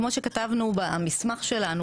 כמו שכתבנו במסמך שלנו,